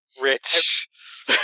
Rich